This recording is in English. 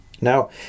Now